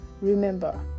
Remember